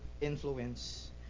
influence